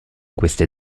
queste